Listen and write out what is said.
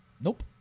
Nope